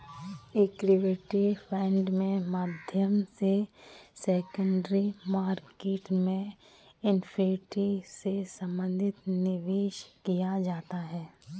equity fund के माध्यम से सेकेंडरी मार्केट में इक्विटी से संबंधित निवेश किया जाता है